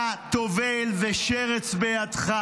אתה טובל ושרץ בידך.